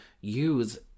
use